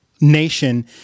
nation